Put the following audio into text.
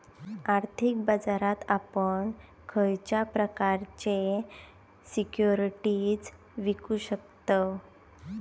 आर्थिक बाजारात आपण खयच्या प्रकारचे सिक्युरिटीज विकु शकतव?